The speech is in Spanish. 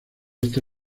esta